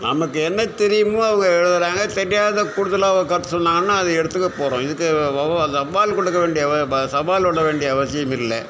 நமக்கு என்ன தெரியுமோ அவங்க எழுதுகிறாங்க தெரியாத கூடுதலா கருத்து சொன்னாங்கன்னால் அதை எடுத்துக்க போகிறோம் இதுக்கு வவ் வௌவால் கொடுக்க வேண்டிய சவால் விட வேண்டிய கொள்ள அவசியமில்லை